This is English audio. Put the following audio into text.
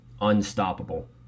unstoppable